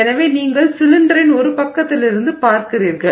எனவே நீங்கள் சிலிண்டரின் ஒரு பக்கத்திலிருந்து பார்க்கிறீர்கள்